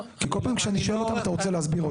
כי כל פעם כשאני שואל אותם אתה רוצה להסביר אותם.